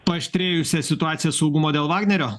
paaštrėjusią situaciją saugumo dėl vagnerio